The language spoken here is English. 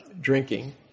drinking